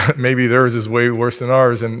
maybe theirs is way worse than ours. and